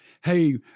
hey